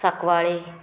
Sancoale